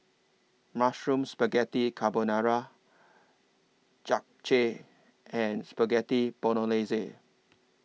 Mushroom Spaghetti Carbonara Japchae and Spaghetti Bolognese